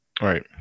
Right